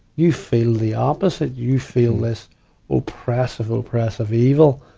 you feel the opposite. you feel this oppressive, oppressive evil.